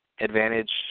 advantage